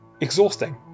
exhausting